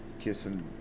kissing